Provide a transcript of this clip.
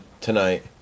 tonight